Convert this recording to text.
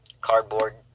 cardboard